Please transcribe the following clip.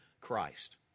Christ